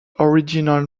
original